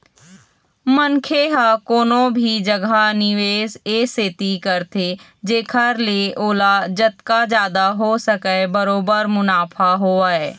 मनखे ह कोनो भी जघा निवेस ए सेती करथे जेखर ले ओला जतका जादा हो सकय बरोबर मुनाफा होवय